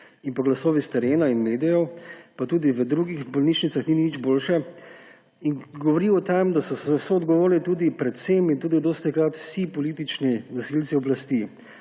in pa glasovi iz terena in medijev, pa tudi v drugih bolnišnicah ni nič boljše, govori o tem, da so soodgovorni tudi in predvsem dostikrat vsi politični nosilci oblasti,